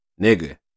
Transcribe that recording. Nigga